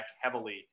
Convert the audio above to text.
heavily